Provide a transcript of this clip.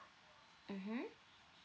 mmhmm